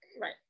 Right